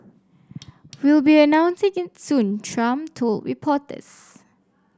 we'll be announce soon Trump told reporters